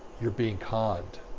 you're being conned.